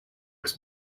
was